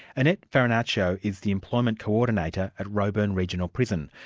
annette farinaccio is the employment coordinator at roebourne regional prison,